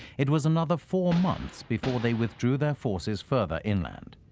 it was another four months before they withdrew their forces further inland.